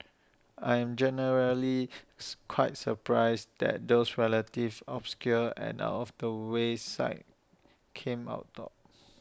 I am generally quite surprised that those relative obscure and out of the way sites came out top